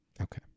Okay